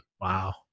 Wow